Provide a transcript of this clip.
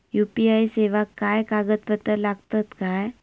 UPI सेवाक काय कागदपत्र लागतत काय?